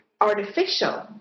artificial